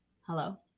hello